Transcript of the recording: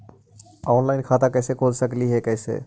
Online खाता कैसे खोल सकली हे कैसे?